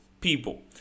people